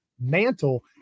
mantle